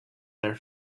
their